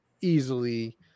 easily